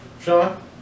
Sean